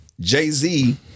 Jay-Z